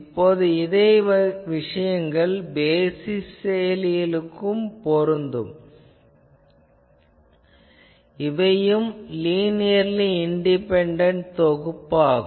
இப்போது இதே விஷயங்கள் பேசிஸ் செயலிகளுக்கும் பொருந்தும் எனக் கொள்ளுங்கள் இவையும் லினியர்லி இண்டிபெண்டன்ட் தொகுப்பு ஆகும்